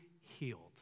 healed